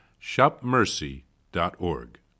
shopmercy.org